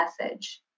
message